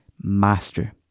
Master